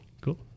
cool